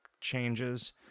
changes